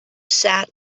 sat